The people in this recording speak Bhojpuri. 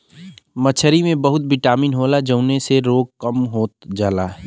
मछरी में बहुत बिटामिन होला जउने से रोग कम होत जाला